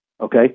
okay